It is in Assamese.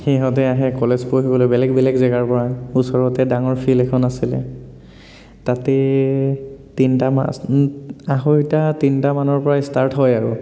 সিহঁতে আহে কলেজ পঢ়িবলৈ বেলেগ বেলেগ জেগাৰ পৰা ওচৰতে ডাঙৰ ফিল্ড এখন আছিলে তাতেই তিনিটামান আঢ়ৈটা তিনটামানৰ পৰাই ষ্টাৰ্ট হয় আৰু